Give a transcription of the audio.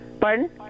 Pardon